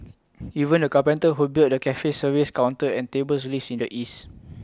even the carpenter who built the cafe's service counter and tables lives in the east